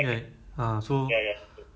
!huh!